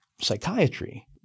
psychiatry